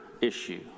issue